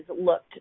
looked